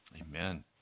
Amen